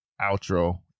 outro